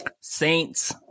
Saints